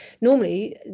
normally